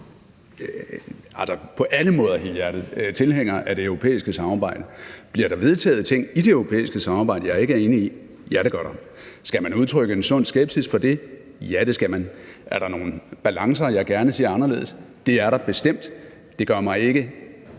alle måder helhjertet tilhænger af det europæiske samarbejde. Bliver der vedtaget ting i det europæiske samarbejde, jeg ikke er enig i? Ja, det gør der. Skal man udtrykke en sund skepsis over for det? Ja, det skal man. Er der nogle balancer, jeg gerne ser er anderledes? Det er der bestemt. Det bringer mig end